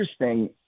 interesting